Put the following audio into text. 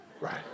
Right